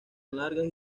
largas